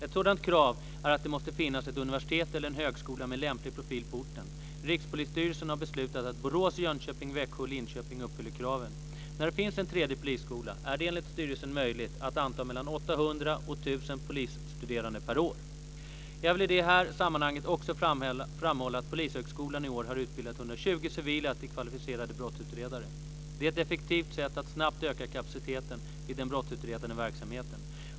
Ett sådant krav är att det måste finnas ett universitet eller en högskola med lämplig profil på orten. Rikspolisstyrelsen har beslutat att Borås, Jönköping, Växjö och Linköping uppfyller kraven. När det finns en tredje polisskola är det enligt styrelsen möjligt att anta mellan 800 och 1 000 Jag vill i det här sammanhanget också framhålla att Polishögskolan i år har utbildat 120 civila till kvalificerade brottsutredare. Det är ett effektivt sätt att snabbt öka kapaciteten i den brottsutredande verksamheten.